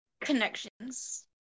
connections